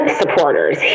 supporters